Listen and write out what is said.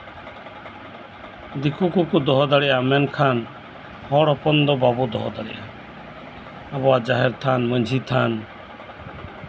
ᱫᱤᱠᱩ ᱠᱚᱠᱚ ᱫᱚᱦᱚ ᱫᱟᱲᱮᱭᱟᱜᱼᱟ ᱢᱮᱱᱠᱷᱟᱱ ᱦᱚᱲ ᱦᱚᱯᱚᱱ ᱫᱚ ᱵᱟᱵᱚ ᱫᱚᱦᱚ ᱫᱟᱲᱮᱭᱟᱜᱼᱟ ᱟᱵᱚᱣᱟᱜ ᱡᱟᱦᱮᱨ ᱛᱷᱟᱱ ᱢᱟ ᱡᱷᱤ ᱛᱷᱟᱱ